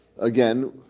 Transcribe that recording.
again